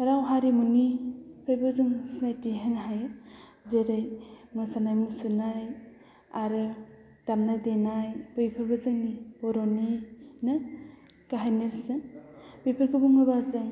राव हारिमुनिफ्रायबो जों सिनायथि होनो हायो जेरै मोसानाय मुसुरनाय आरो दामनाय देनाय बैफोरबो जोंनि बर'निनो गाहाय नेरसोन बेफोरखौ बुङोब्ला जों